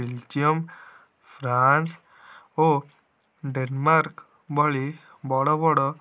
Belgium France ଓ Denmark ଭଳି ବଡ଼ ବଡ଼